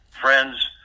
friends